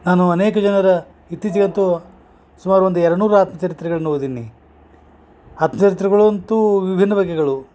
ನಾನು ಅನೇಕ ಜನರ ಇತ್ತಿಚಿಗಂತು ಸುಮಾರು ಒಂದು ಎರಡು ನೂರು ಆತ್ಮಚರಿತ್ರೆಗಳನ ಓದಿನಿ ಆತ್ಮಚರಿತ್ರೆಗಳಂತೂ ವಿಭಿನ್ನ ಬಗೆಗಳು